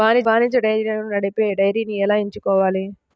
వాణిజ్య డైరీలను నడిపే డైరీని ఎలా ఎంచుకోవాలి?